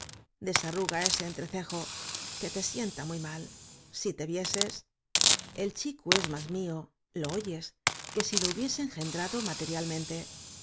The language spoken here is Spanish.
ese entrecejo que te sienta muy mal si te vieses el chico es más mío lo oyes que si lo hubiese engendrado